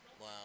Wow